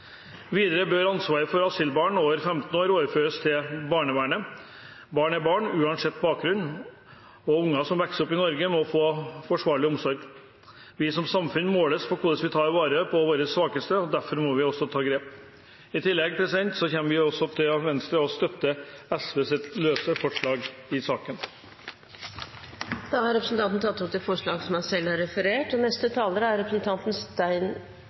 Videre bør ansvaret for asylbarn over 15 år overføres til barnevernet. Barn er barn uansett bakgrunn, og barn som vokser opp i Norge, må få forsvarlig omsorg. Vi som samfunn måles på hvordan vi tar vare på våre svakeste. Derfor må vi ta grep. Jeg tar med dette opp de forslagene Venstre er med på i saken. Venstre kommer i tillegg til å støtte SVs løse forslag i saken. Representanten André N. Skjelstad har tatt opp de forslagene han refererte til. Det må sterkt understrekes at mindreårige som